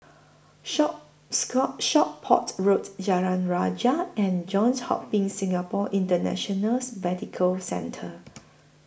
Shop SCORE Shop Port Road Jalan Rajah and Johns Hopkins Singapore Internationals Medical Centre